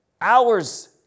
hours